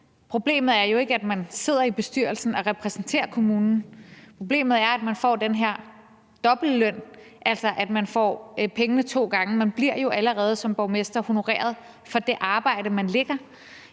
Problemet er jo ikke, at man sidder i bestyrelsen og repræsenterer kommunen. Problemet er, at man får den her dobbeltløn, altså at man får pengene to gange. Man bliver jo allerede som borgmester honoreret for det arbejde, man lægger.